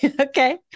Okay